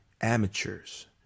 amateurs